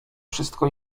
wszystko